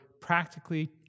practically